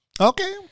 Okay